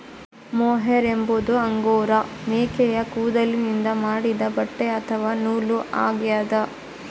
mohair ಎಂಬುದು angora ಮೇಕೆಯ ಕೂದಲಿನಿಂದ ಮಾಡಿದ ಬಟ್ಟೆ ಅಥವಾ ನೂಲು ಆಗ್ಯದ